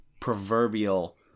proverbial